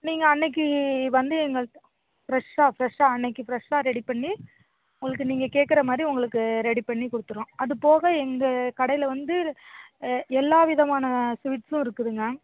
நீங்கள் அன்னைக்கு வந்து எங்கள்ட்ட ஃப்ரெஷ்ஷாக ஃப்ரெஷ்ஷாக அன்னைக்கு ஃப்ரெஷ்ஷாக ரெடி பண்ணி உங்களுக்கு நீங்கள் கேக்கிற மாதிரி உங்களுக்கு ரெடி பண்ணி கொடுத்துர்றோம் அது போக எங்கள் கடையில் வந்து எல்லா விதமான ஸ்வீட்ஸும் இருக்குதுங்க